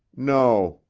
no,